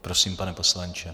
Prosím, pane poslanče.